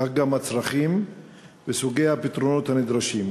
וכך גם הצרכים וסוגי הפתרונות הנדרשים.